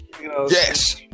yes